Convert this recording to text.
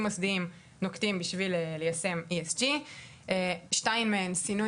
מוסדיים נוקטים על מנת ליישם ESG. שתיים מהן הוא סינון